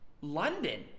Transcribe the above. London